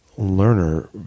Learner